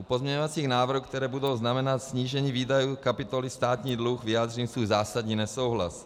U pozměňovacích návrhů, které budou znamenat snížení výdajů kapitoly Státní dluh, vyjádřím svůj zásadní nesouhlas.